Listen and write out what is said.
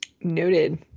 noted